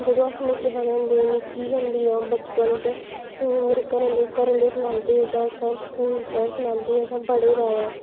जदूं अस निक्के हारे होंदे हे की के उं'दी ओह् बचपन च मेरे घरैआह्ले सनांदे हे जां सर स्कूल सनांदे असें पढ़े दा ऐ